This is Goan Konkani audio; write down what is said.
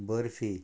बर्फी